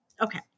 okay